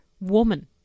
woman